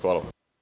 Hvala.